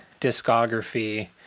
discography